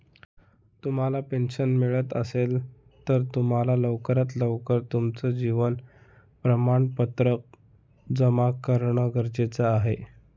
तुम्हाला पेन्शन मिळत असेल, तर तुम्हाला लवकरात लवकर तुमचं जीवन प्रमाणपत्र जमा करणं गरजेचे आहे